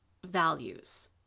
values